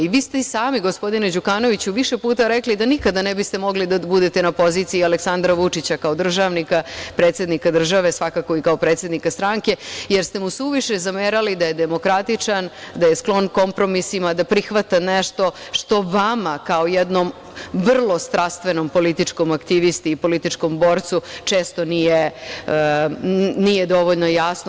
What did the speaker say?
Vi ste i sami, gospodine Đukanoviću, više puta rekli da nikada ne biste mogli da budete na poziciji Aleksandra Vučića kao državnika, predsednika države, svakako i kao predsednika stranke, jer ste mu suviše zamerali da je demokratičan, da je sklon kompromisima, da prihvata nešto što vama kao jednom vrlo strastvenom političkom aktivisti i političkom borcu često nije dovoljno jasno.